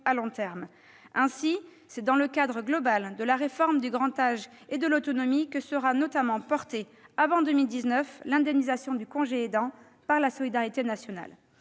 long terme. Ainsi, c'est dans le cadre global de la réforme du grand âge et de l'autonomie que sera notamment portée, avant 2019, l'indemnisation du congé pour les aidants par la solidarité nationale.